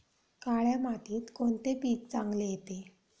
काळ्या मातीत कोणते पीक चांगले येते?